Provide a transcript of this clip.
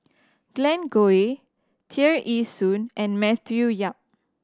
Glen Goei Tear Ee Soon and Matthew Yap